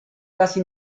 casi